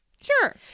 Sure